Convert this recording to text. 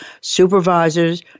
supervisors